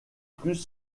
plus